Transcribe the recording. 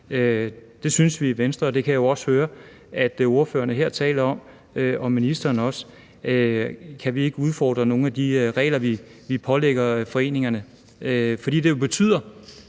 Det synes vi i Venstre. Og det kan jeg jo også høre at ordførerne og ministeren taler om. Kan vi ikke udfordre nogle af de regler, vi pålægger foreningerne? For det betyder